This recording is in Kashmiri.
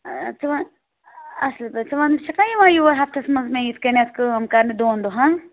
اۭں ژٕ وَن اَصٕل پٲٹھۍ ژٕ وَن مےٚ ژٕ چھَکھ نَہ یِوان یور ہَفتَس منٛز مےٚ یِتھ کٔنٮ۪تھ کٲم کَرنہِ دۄن دۄہَن